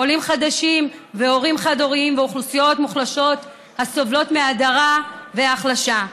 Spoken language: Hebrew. עולים חדשים והורים חד-הוריים ואוכלוסיות מוחלשות הסובלות מהדרה והחלשה.